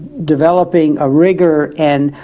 developing a rigor and